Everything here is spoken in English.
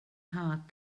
heart